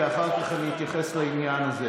ואחר כך אני אתייחס לעניין הזה.